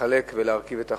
לחלק ולהרכיב את החסכמים.